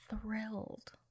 thrilled